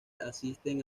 asisten